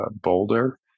Boulder